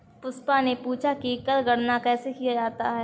पुष्पा ने पूछा कि कर गणना कैसे किया जाता है?